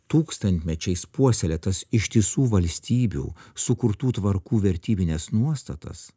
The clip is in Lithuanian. tūkstantmečiais puoselėtas ištisų valstybių sukurtų tvarkų vertybines nuostatas